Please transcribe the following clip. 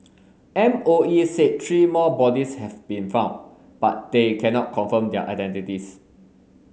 M O E said three more bodies have been found but they cannot confirm their identities